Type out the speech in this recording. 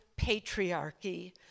patriarchy